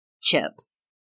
chips